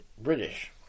British